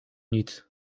nic